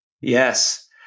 Yes